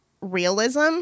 realism